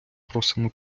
просимо